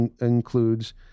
includes